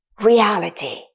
Reality